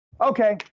Okay